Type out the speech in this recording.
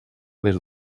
des